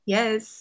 Yes